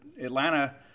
Atlanta –